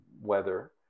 weather